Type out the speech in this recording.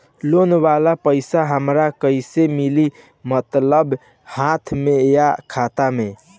Loan वाला पैसा हमरा कइसे मिली मतलब हाथ में या खाता में?